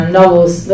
novels